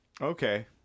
Okay